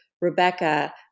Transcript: Rebecca